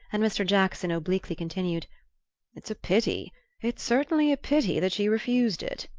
and mr. jackson obliquely continued it's a pity it's certainly a pity that she refused it.